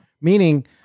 meaning